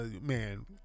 man